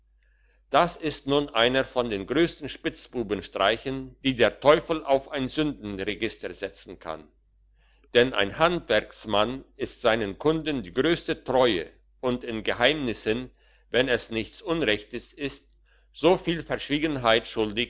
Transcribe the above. das ist nun einer von den grössten spitzbubenstreichen die der teufel auf ein sündenregister setzen kann denn ein handwerksmann ist seinen kunden die grösste treue und in geheimnissen wenn es nichts unrechtes ist so viel